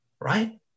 Right